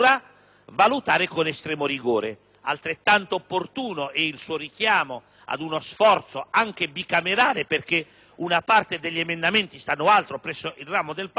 Altrettanto opportuno è il suo richiamo ad uno sforzo anche bicamerale, perché una parte degli emendamenti è presentata nell'altro ramo del Parlamento, e credo che la sua